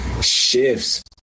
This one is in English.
shifts